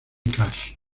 cash